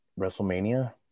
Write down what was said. WrestleMania